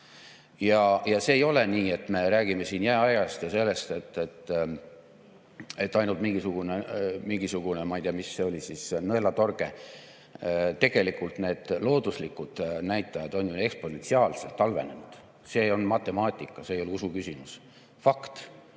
See ei ole nii, et me räägime siin jääajast ja sellest, et see on ainult mingisugune, ma ei tea, mis see oli, nõelatorge. Tegelikult need looduslikud näitajad on ju eksponentsiaalselt halvenenud. See on matemaatika, see ei ole usuküsimus. Fakt.